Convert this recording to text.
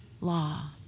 law